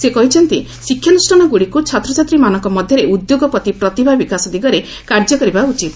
ସେ କହିଛନ୍ତି ଶିକ୍ଷାନୁଷ୍ଠାନଗୁଡ଼ିକୁ ଛାତ୍ରଛାତ୍ରୀମାନଙ୍କ ମଧ୍ୟରେ ଉଦ୍ୟୋଗପତି ପ୍ରତିଭା ବିକାଶ ଦିଗରେ କାର୍ଯ୍ୟ କରିବା ଉଚିତ